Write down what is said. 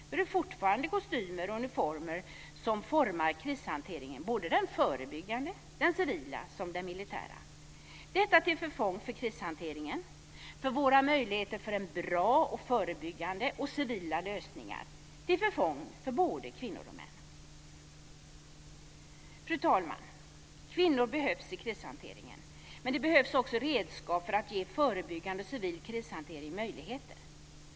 Då är det fortfarande kostymer och uniformer som formar krishanteringen, såväl den förebyggande och den civila som den militära - detta till förfång för krishanteringen, våra möjligheter till bra, förebyggande och civila lösningar, till förfång för både kvinnor och män. Fru talman! Kvinnor behövs i krishanteringen. Men det behövs också redskap för att ge förebyggande och civil krishantering möjligheter.